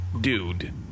Dude